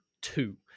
two